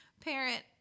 parent